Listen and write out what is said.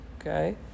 okay